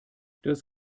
das